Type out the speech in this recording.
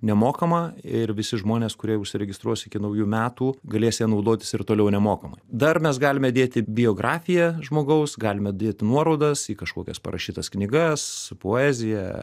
nemokamą ir visi žmonės kurie užsiregistruos iki naujų metų galės ja naudotis ir toliau nemokamai dar mes galime dėti biografiją žmogaus galime dėti nuorodas į kažkokias parašytas knygas poeziją